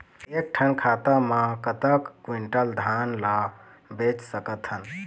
एक ठन खाता मा कतक क्विंटल धान ला बेच सकथन?